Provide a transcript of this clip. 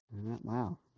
Wow